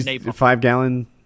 five-gallon